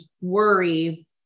worry